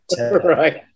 Right